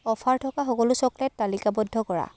offer থকা সকলো chocolate তালিকাবদ্ধ কৰা